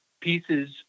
pieces